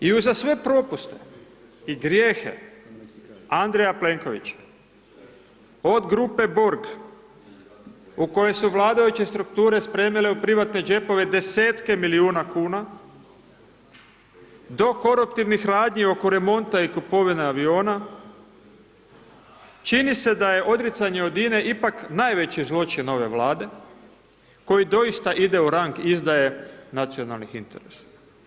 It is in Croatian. I uza sve propuste i grijehe Andreja Plenkovića, od grupe Borg u koje su vladajuće strukture spremile u privatne džepove desetke milijuna kuna do koruptivnih radnji oko remonta i kupovine aviona, čini se da je odricanje od INA-e ipak najveći zločin ove Vlade koji doista ide u rang izdaje nacionalnih interesa.